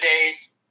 days